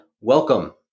welcome